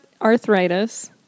arthritis